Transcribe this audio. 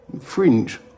Fringe